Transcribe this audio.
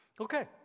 Okay